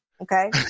Okay